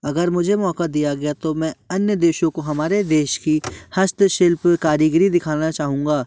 अगर मुझे मौक़ा दिया गया तो मैं अन्य देशों को हमारे देश की हस्तशिल्प कारीगरी दिखाना चाहूँगा